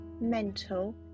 mental